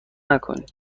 نکنید